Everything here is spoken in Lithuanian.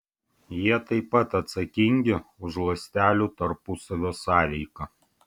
jie taip pat atsakingi už ląstelių tarpusavio sąveiką